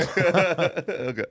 okay